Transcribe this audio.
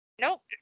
Nope